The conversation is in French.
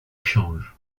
changent